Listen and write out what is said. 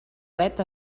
vet